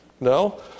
No